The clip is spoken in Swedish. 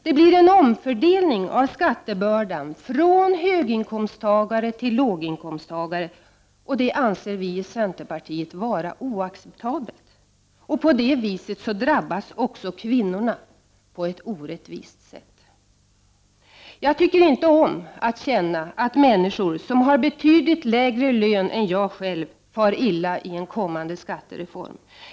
Det blir en omfördelning av skattebördan från höginkomsttagare till låginkomsttagare, som vi i centern anser vara oacceptabel. På det viset drabbas också kvinnorna på ett orättvist sätt. Jag tycker inte om att känna att människor, som har betydligt lägre lön än jag själv, far illa i en kommande skattereform.